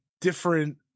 different